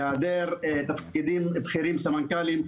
היעדר תפקידים בכירים וסמנכ"לים,